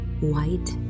white